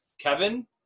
Kevin